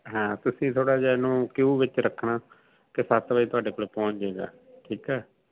ਹਾਂ ਤੁਸੀਂ ਥੋੜ੍ਹਾ ਜਿਹਾ ਇਹਨੂੰ ਕਿਊ ਵਿੱਚ ਰੱਖਣਾ ਅਤੇ ਸੱਤ ਵਜੇ ਤੁਹਾਡੇ ਕੋਲ ਪਹੁੰਚ ਜਾਏਗਾ ਠੀਕ ਹੈ